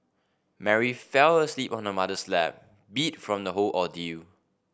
Mary fell asleep on her mother's lap beat from the whole ordeal